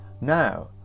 now